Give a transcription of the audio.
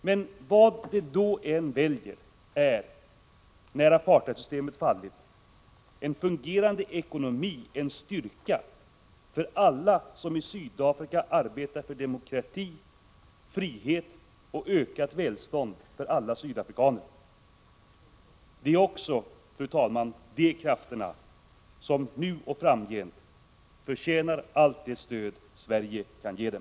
Men vad de då än väljer är — när apartheidsystemet fallit — en fungerande ekonomi en styrka för alla som i Sydafrika arbetar för demokrati, frihet och ökat välstånd för alla sydafrikaner. Det är också, fru talman, de krafterna som nu och framgent förtjänar allt det stöd Sverige kan ge dem.